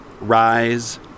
rise